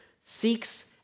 seeks